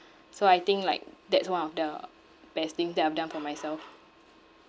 so I think like that's one of the best things that I've done for myself